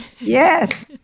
Yes